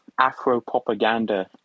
Afropropaganda